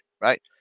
right